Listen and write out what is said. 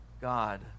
god